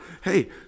hey